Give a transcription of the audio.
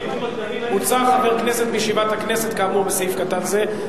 "הוצא חבר כנסת מישיבת הכנסת כאמור בסעיף קטן זה,